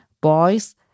boys